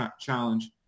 challenge